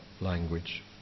language